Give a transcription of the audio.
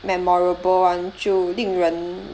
memorable [one] 就令人